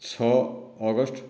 ଛଅ ଅଗଷ୍ଟ ଦୁଇ ହଜାର ଦଶ